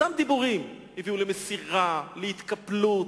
אותם דיבורים הביאו למסירה, להתקפלות,